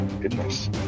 goodness